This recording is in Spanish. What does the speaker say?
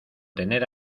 tener